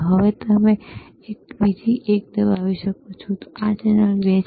હવે તમે બીજી એક દબાવી શકો છો આ ચેનલ 2 છે